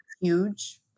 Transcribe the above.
huge